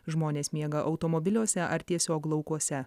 žmonės miega automobiliuose ar tiesiog laukuose